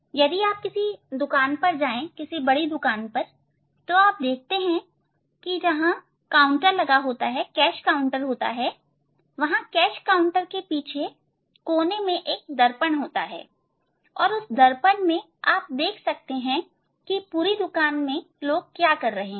यदि आप दुकान पर जाएं किसी बड़ी दुकान पर आप देखते हैं कि जहां काउंटर होता है कैश काउंटर होता हैवहां कैश काउंटर के पीछे कोने में एक दर्पण होता है और उस दर्पण में आप देख सकते हैं की पूरी दुकान में लोग क्या कर रहे हैं